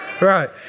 Right